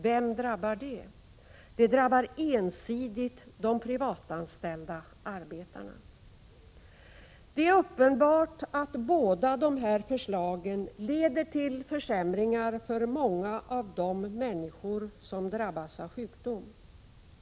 Vem drabbar det? Det drabbar ensidigt de privatanställda arbetarna. Det är uppenbart att båda dessa förslag leder till försämringar för många av de människor som drabbas av sjukdom.